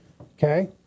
Okay